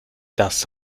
das